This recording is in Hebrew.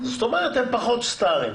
זאת אומרת שהם פחות סטארים.